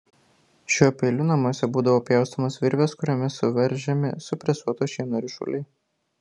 šiuo peiliu namuose būdavo pjaustomos virvės kuriomis suveržiami supresuoto šieno ryšuliai